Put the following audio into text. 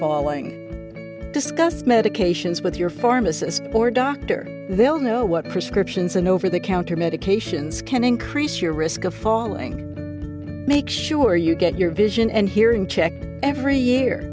falling discuss medications with your pharmacist or doctor they'll know what chris christianson over the counter medications can increase your risk of falling make sure you get your vision and hearing checked every year